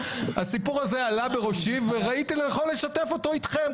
הסיפור הזה עלה בראשי וראיתי לנכון לשתף אותו איתכם.